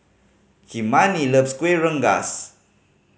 Kymani loves Kuih Rengas